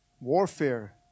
Warfare